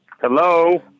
Hello